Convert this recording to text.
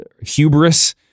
hubris